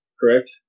correct